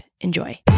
Enjoy